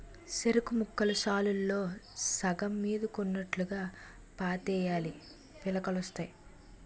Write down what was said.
సెరుకుముక్కలు సాలుల్లో సగం మీదకున్నోట్టుగా పాతేయాలీ పిలకలొత్తాయి